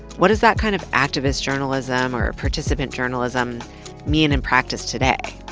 what does that kind of activist-journalism or participant-journalism mean in practice today?